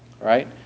right